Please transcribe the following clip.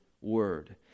Word